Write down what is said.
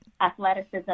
Athleticism